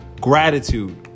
Gratitude